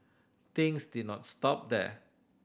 things did not stop there